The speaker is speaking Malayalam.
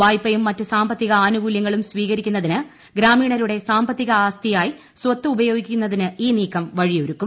വായ്പയും മറ്റ് സാമ്പത്തിക ആനുകൂല്യങ്ങളും സ്വീകരിക്കുന്നതിന് ഗ്രാമീണരുടെ സാമ്പത്തിക ആസ്തിയായി സ്വത്ത് ഉപയോഗിക്കുന്നതിന് ഈ നീക്കം വഴിയൊരുക്കും